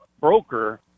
broker